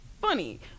funny